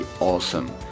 awesome